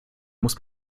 muss